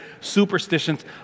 superstitions